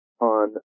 on